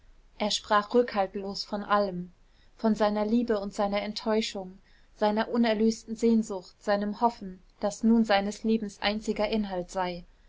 er sprach rückhaltlos von allem von seiner liebe und seiner enttäuschung seiner unerlösten sehnsucht seinem hoffen das nun seines lebens einziger inhalt sei